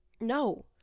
No